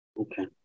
Okay